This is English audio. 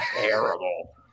terrible